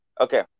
Okay